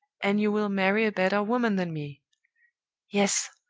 and you will marry a better woman than me yes!